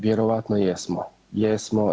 Vjerojatno jesmo, jesmo.